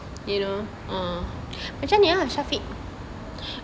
you know ah